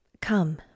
Come